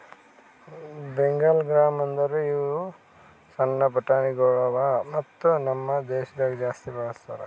Bengal gram ಅಂದುರ್ ಇವು ಸಣ್ಣ ಬಟಾಣಿಗೊಳ್ ಅವಾ ಮತ್ತ ನಮ್ ದೇಶದಾಗ್ ಜಾಸ್ತಿ ಬಳ್ಸತಾರ್